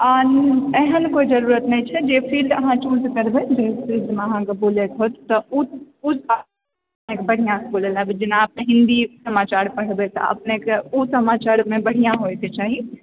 एहन कोइ जरूरत नहि छै जे फील्ड अहाँ चूज करबै जै फील्डमे अहाँके बोलए के होत तऽ ओ ओ भाषा अहाँकेँ बढ़िआँसँ बोलए लए आबै जेना अपने हिन्दी समाचार पढ़बै तऽ अपनेके ओ समाचारमे बढ़िआँ होइके चाही